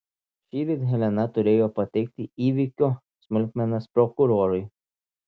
šįryt helena turėjo pateikti įvykio smulkmenas prokurorui